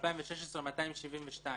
ב-2016 272,